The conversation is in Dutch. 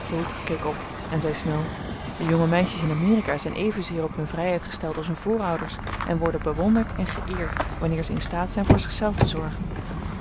keek op en zei snel de jonge meisjes in amerika zijn evenzeer op hun vrijheid gesteld als hun voorouders en worden bewonderd en geëerd wanneer ze in staat zijn voor zichzelf te zorgen